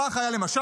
כך היה למשל,